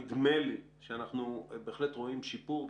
נדמה לי שאנחנו בהחלט רואים שיפור.